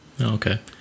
Okay